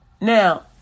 Now